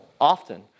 often